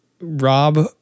Rob